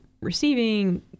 receiving